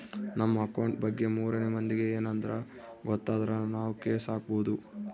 ನಮ್ ಅಕೌಂಟ್ ಬಗ್ಗೆ ಮೂರನೆ ಮಂದಿಗೆ ಯೆನದ್ರ ಗೊತ್ತಾದ್ರ ನಾವ್ ಕೇಸ್ ಹಾಕ್ಬೊದು